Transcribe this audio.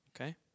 okay